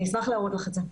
אני אשמח להראות לך את זה.